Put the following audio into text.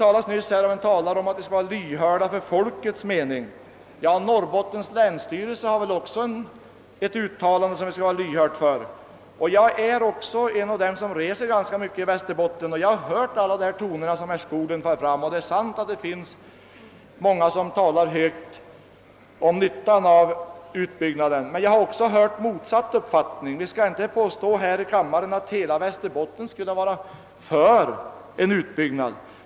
En av de föregående talarna nämnde att man skulle vara lyhörd för folkets mening. Ja, men också Norrbottens länsstyrelse har gjort ett uttalande som vi skall vara lyhörda inför. Jag tillhör dem som reser omkring ganska mycket i Västerbotten, och jag har hört alla de tongångar som herr Skoglund ger uttryck för. Det är sant att det finns många som talar högt om nyttan av utbyggnaden, men jag har också hört den motsatta uppfattningen. Vi skall inte i denna kammare påstå att hela Västerbotten skulle vara för en utbyggnad.